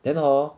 then hor